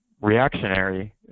reactionary